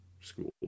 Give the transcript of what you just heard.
school